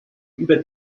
über